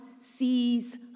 sees